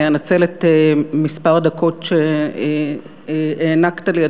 אני אנצל את כמה הדקות שהענקת לי,